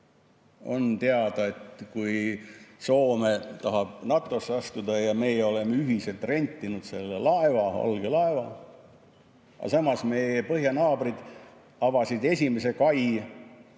On teada, et Soome tahab NATO-sse astuda ja meie oleme ühiselt rentinud selle valge laeva, aga samas meie põhjanaabrid avasid esimese kai,